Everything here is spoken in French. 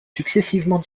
successivement